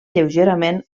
lleugerament